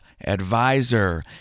advisor